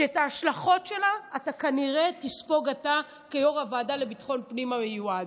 שאת ההשלכות שלה אתה כנראה תספוג כיו"ר ועדת ביטחון הפנים המיועד.